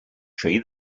tree